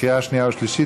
לקריאה שנייה ושלישית.